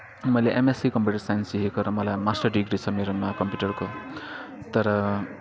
मैले MSc computer science लिएको र मलाई मास्टर डिग्री छ मेरोमा कम्प्युटरको तर